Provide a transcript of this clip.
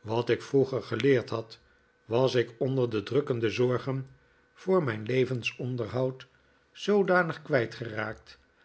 wat ik vroeger geleerd had was ik onder de drukkende zorgen voor mijn levensonderhoud zoodanig